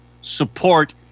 support